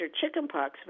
chickenpox